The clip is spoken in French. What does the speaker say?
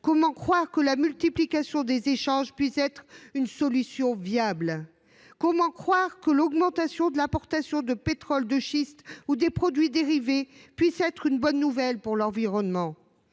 comment croire que la multiplication des échanges puisse être une solution viable ? Comment croire que l’augmentation des importations de pétrole de schiste ou de ses produits dérivés puisse être une bonne nouvelle pour l’environnement ?